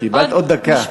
קיבלת עוד דקה.